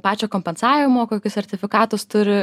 pačio kompensavimo kokius sertifikatus turi